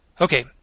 Okay